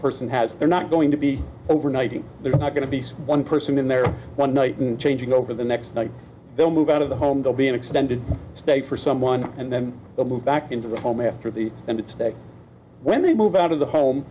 person has they're not going to be overnighting they're not going to be one person in there one night and changing over the next they'll move out of the home they'll be an extended stay for someone and then move back into the home after the and today when they move out of the home